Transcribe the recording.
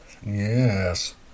Yes